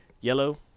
Yellow